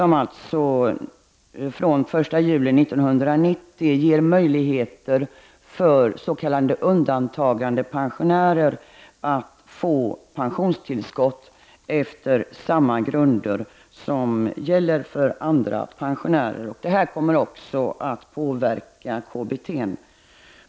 I propositionen föreslås att fr.o.m. den 1 juli 1990 s.k. undantagandepensionärer skall få pensionstillskott på samma grunder som gäller för andra pensionärer. Förslaget påverkar också KBT.